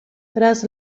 tras